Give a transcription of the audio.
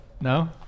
No